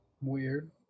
Weird